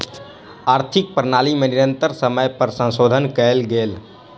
आर्थिक प्रणाली में निरंतर समय पर संशोधन कयल गेल